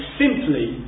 simply